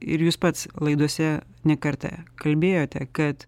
ir jūs pats laidose ne kartą kalbėjote kad